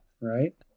Right